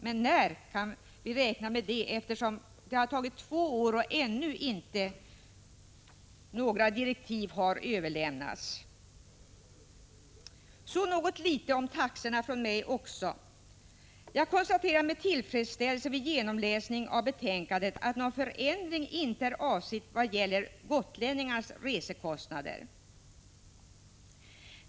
Men när kan man räkna med det, eftersom det har tagit två år utan att några direktiv har överlämnats? Även jag skall tala något om taxorna. Jag konstaterar med tillfredsställelse vid genomläsningen av betänkandet att någon förändring inte kommer att ske beträffande gotlänningarnas resekostnader.